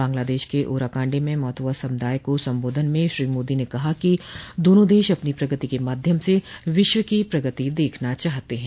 बांग्लादेश के ओराकांडी में मौथुवा समुदाय को संबोधन में श्री मोदी ने कहा कि दोनों देश अपनी प्रगति के माध्यम से विश्व की प्रगति देखना चाहते हैं